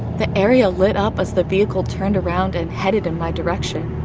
the area lit up as the vehicle turned around and headed in my direction.